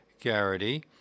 Garrity